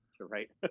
right